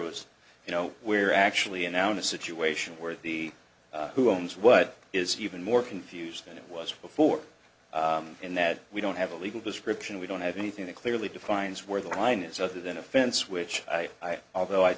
was you know we're actually a noun a situation where the who owns what is even more confused than it was before and that we don't have a legal description we don't have anything that clearly defines where the line is other than a fence which i although i